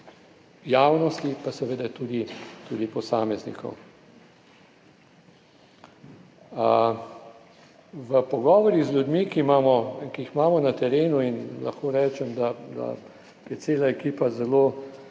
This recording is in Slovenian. javnosti pa tudi posameznikov. Iz pogovorov z ljudmi, ki jih imamo na terenu – in lahko rečem, da je cela ekipa zelo